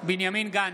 בנימין גנץ,